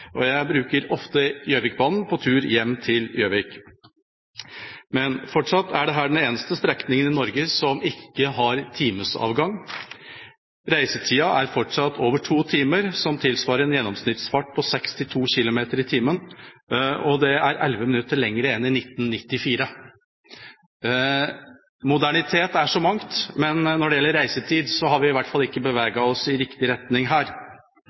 og jeg bruker ofte Gjøvikbanen på tur hjem til Gjøvik. Men fortsatt er dette den eneste strekningen i Norge som ikke har timesavgang. Reisetida er fortsatt over to timer, noe som tilsvarer en gjennomsnittsfart på 62 kilometer i timen, og det er elleve minutter lengre enn i 1994. Modernitet er så mangt, men når det gjelder reisetid, har vi i hvert fall ikke beveget oss i riktig retning her.